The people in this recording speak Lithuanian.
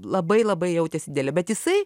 labai labai jautėsi didelė bet jisai